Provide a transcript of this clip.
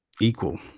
equal